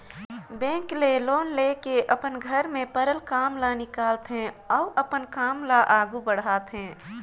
bank ले loan लेके अपन घर में परल काम ल निकालथे अउ अपन काम ल आघु बढ़ाथे